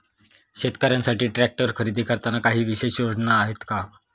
शेतकऱ्यांसाठी ट्रॅक्टर खरेदी करताना काही विशेष योजना आहेत का?